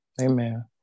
Amen